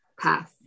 pass